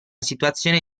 situazione